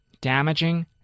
damaging